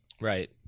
right